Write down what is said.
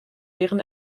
deren